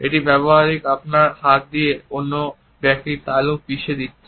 এটি ব্যবহারিকভাবে আপনার হাত দিয়ে অন্য ব্যক্তির তালু পিষে দিচ্ছে